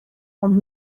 ond